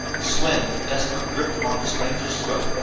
slim with a desperate grip upon the stranger's throat,